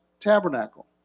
tabernacle